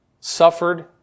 suffered